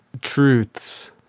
truths